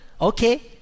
okay